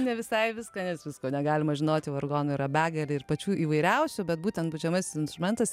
ne visai viską nes visko negalima žinoti vargonų yra begalė ir pačių įvairiausių bet būtent pučiamasis instrumentas